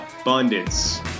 abundance